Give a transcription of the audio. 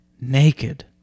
naked